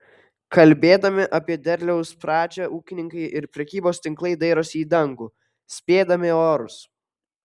kalbėdami apie derliaus pradžią ūkininkai ir prekybos tinklai dairosi į dangų spėdami orus